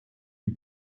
die